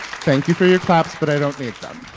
thank you for your claps, but i don't need them.